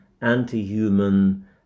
anti-human